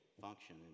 function